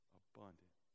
abundant